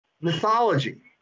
mythology